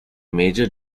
major